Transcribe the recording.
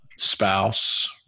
spouse